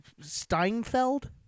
Steinfeld